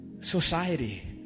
society